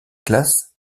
classe